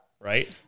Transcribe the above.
right